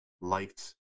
liked